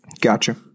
Gotcha